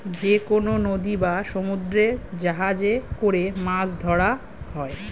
যেকনো নদী বা সমুদ্রে জাহাজে করে মাছ ধরা হয়